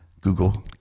Google